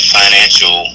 financial